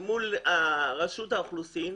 מול רשות האוכלוסין.